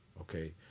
okay